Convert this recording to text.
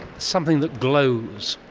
something that glows.